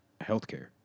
healthcare